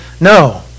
no